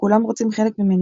"כולם רוצים חלק ממני",